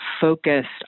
focused